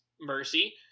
mercy